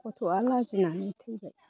गथ'आ लाजिनानै थैबाय